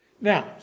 Now